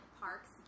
parks